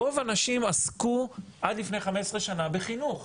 רוב הנשים עסקו עד לפני 15 שנה בחינוך,